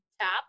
tap